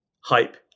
hype